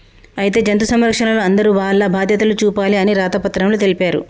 అయితే జంతు సంరక్షణలో అందరూ వాల్ల బాధ్యతలు చూపాలి అని రాత పత్రంలో తెలిపారు